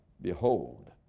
behold